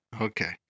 okay